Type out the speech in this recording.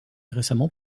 récemment